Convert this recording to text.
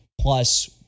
plus